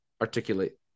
articulate